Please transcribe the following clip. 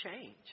change